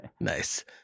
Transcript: nice